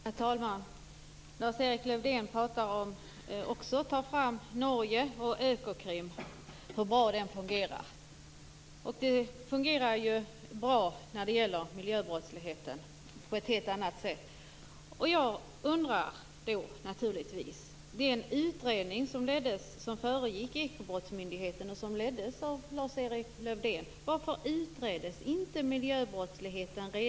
Herr talman! Lars-Erik Lövdén nämnde också hur bra Økokrim i Norge fungerar. Den fungerar bra när det gäller miljöbrottslighet. Varför utreddes inte frågan om miljöbrottsligheten redan i den utredning som föregick Ekobrottsmyndigheten och som leddes av Lars-Erik Lövdén?